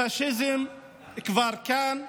הפשיזם כבר כאן,